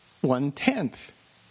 one-tenth